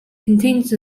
contains